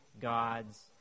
God's